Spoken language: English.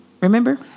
Remember